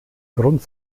grund